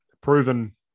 proven